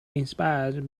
inspired